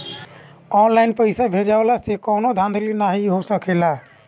online पइसा भेजला से कवनो धांधली नाइ हो सकेला